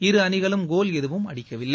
இரு அணிகளும் கோல் ஏதும் அடிக்கவில்லை